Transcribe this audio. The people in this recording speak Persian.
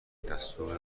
درونم، دستور